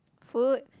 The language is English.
food